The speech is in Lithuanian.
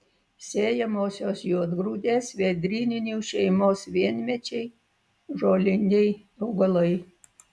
sėjamosios juodgrūdės vėdryninių šeimos vienmečiai žoliniai augalai